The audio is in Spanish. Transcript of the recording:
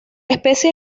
especie